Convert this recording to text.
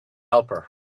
helper